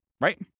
Right